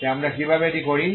তাই আমরা কীভাবে এটি করি